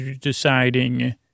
Deciding